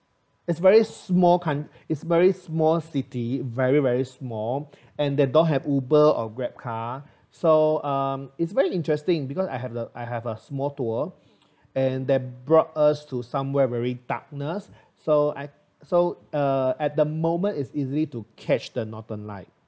it's very small count~ is very small city very very small and they don't have uber or grab car so um it's very interesting because I have a I have a small tour and they brought us to somewhere very darkness so I so uh at the moment is easy to catch the northern light